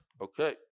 Okay